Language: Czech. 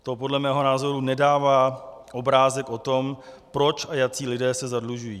To podle mého názoru nedává obrázek o tom, proč a jací lidé se zadlužují.